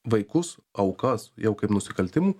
vaikus aukas jau kaip nusikaltimų